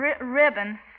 ribbon